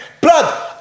blood